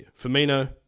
Firmino